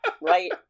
right